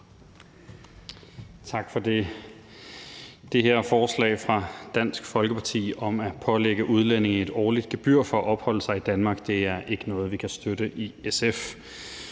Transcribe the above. Tak for det. Det her forslag fra Dansk Folkeparti om at pålægge udlændinge et årligt gebyr for at opholde sig i Danmark er ikke noget, vi kan støtte i SF.